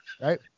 right